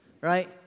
right